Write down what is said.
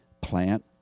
Plant